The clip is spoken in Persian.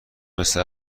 مثل